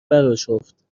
براشفت